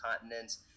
continents